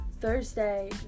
Thursday